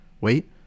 Wait